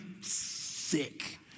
sick